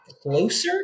closer